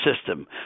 system